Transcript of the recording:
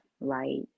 light